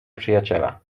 przyjaciela